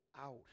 out